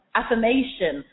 affirmation